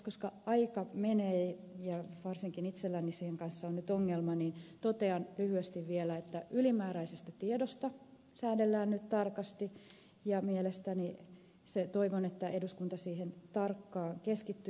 koska aika menee ja varsinkin itselläni sen kanssa on nyt ongelma niin totean lyhyesti vielä että ylimääräisestä tiedosta säädellään nyt tarkasti ja toivon että eduskunta siihen tarkkaan keskittyy